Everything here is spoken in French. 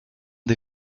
des